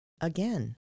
Again